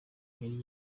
yari